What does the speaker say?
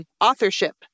Authorship